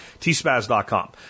tspaz.com